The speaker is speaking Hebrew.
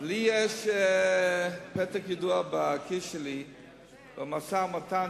יש לי פתק ידוע בכיסי לגבי המשא-ומתן